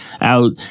out